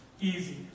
easy